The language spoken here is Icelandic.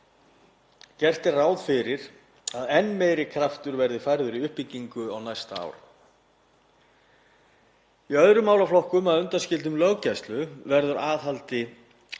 Gert er ráð fyrir að enn meiri kraftur verði færður í uppbyggingu á næsta ári. Í öðrum málaflokkum, að undanskildum löggæslu, verður aðhaldi